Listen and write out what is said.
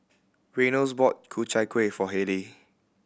Reynolds bought Ku Chai Kuih for Hayleigh